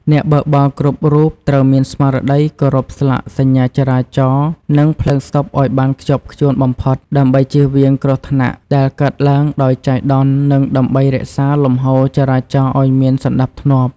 អ្នកបើកបរគ្រប់រូបត្រូវមានស្មារតីគោរពស្លាកសញ្ញាចរាចរណ៍និងភ្លើងស្តុបឱ្យបានខ្ជាប់ខ្ជួនបំផុត ដើម្បីជៀសវាងគ្រោះថ្នាក់ដែលកើតឡើងដោយចៃដន្យនិងដើម្បីរក្សាលំហូរចរាចរណ៍ឱ្យមានសណ្តាប់ធ្នាប់។